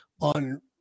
on